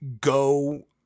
go